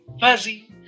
fuzzy